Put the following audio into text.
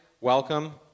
welcome